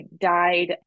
died